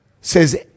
says